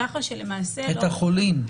את החולים.